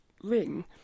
ring